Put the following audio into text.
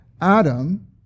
Adam